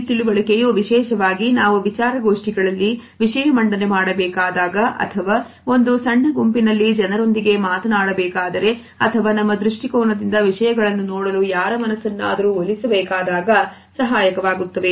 ಈ ತಿಳುವಳಿಕೆಯು ವಿಶೇಷವಾಗಿ ನಾವು ವಿಚಾರಗೋಷ್ಠಿಗಳಲ್ಲಿ ವಿಷಯ ಮಂಡನೆ ಮಾಡಬೇಕಾದಾಗ ಅಥವಾ ಒಂದು ಸಣ್ಣ ಗುಂಪಿನಲ್ಲಿ ಜನರೊಂದಿಗೆ ಮಾತನಾಡಬೇಕಾದರೆ ಅಥವಾ ನಮ್ಮ ದೃಷ್ಟಿಕೋನದಿಂದ ವಿಷಯಗಳನ್ನು ನೋಡಲು ಯಾರ ಮನಸ್ಸನ್ನಾದರೂ ಒಲಿಸ ಬೇಕಾದಾಗ ಸಹಾಯಕವಾಗುತ್ತದೆ